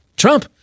trump